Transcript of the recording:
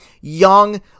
young